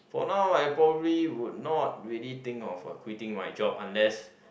for now I probably would not really think of a quitting my job unless